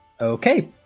Okay